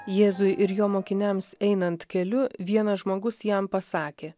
jėzui ir jo mokiniams einant keliu vienas žmogus jam pasakė